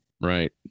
Right